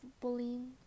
bullying